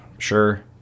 sure